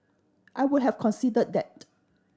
I would have considered that